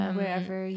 Wherever